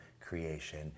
creation